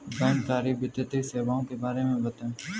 बैंककारी वित्तीय सेवाओं के बारे में बताएँ?